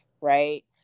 right